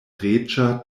reĝa